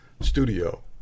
Studio